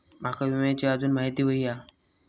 माका विम्याची आजून माहिती व्हयी हा?